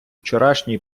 вчорашній